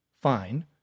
fine